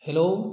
hello